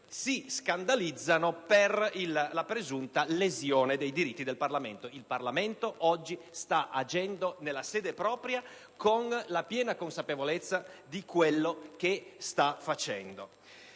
si scandalizzano per la presunta lesione dei diritti del Parlamento, che invece oggi sta agendo nella sede propria, con la piena consapevolezza di quanto sta facendo.